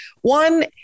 one